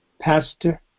pastor